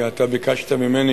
כי אתה ביקשת ממני